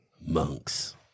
Monks